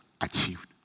achieved